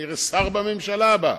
וכנראה יהיה שר בממשלה הבאה,